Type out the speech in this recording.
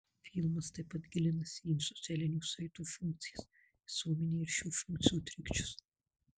filmas taip pat gilinasi į socialinių saitų funkcijas visuomenėje ir šių funkcijų trikdžius